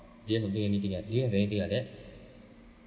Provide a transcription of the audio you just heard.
don't have to pay anything at you have anything like that